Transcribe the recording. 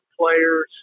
players